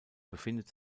befindet